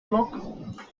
blog